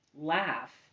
laugh